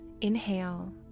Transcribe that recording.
inhale